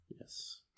Yes